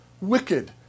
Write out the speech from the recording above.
wicked